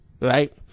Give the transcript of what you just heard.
right